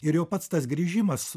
ir jau pats tas grįžimas